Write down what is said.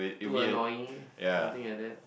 too annoying something like that